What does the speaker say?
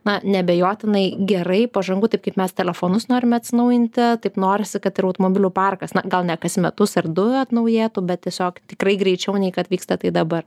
na neabejotinai gerai pažangu taip kaip mes telefonus norime atsinaujinti taip norisi kad ir automobilių parkas na gal ne kas metus ar du atnaujėtų bet tiesiog tikrai greičiau nei kad vyksta tai dabar